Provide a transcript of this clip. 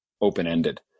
open-ended